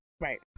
Right